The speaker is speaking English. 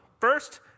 First